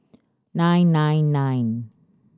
nine nine nine